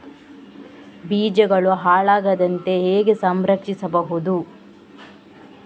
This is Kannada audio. ಬೀಜಗಳು ಹಾಳಾಗದಂತೆ ಹೇಗೆ ಸಂರಕ್ಷಿಸಬಹುದು?